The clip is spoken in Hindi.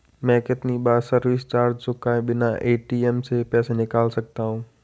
मैं कितनी बार सर्विस चार्ज चुकाए बिना ए.टी.एम से पैसे निकाल सकता हूं?